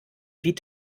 wie